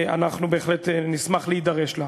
אנחנו בהחלט נשמח להידרש לה.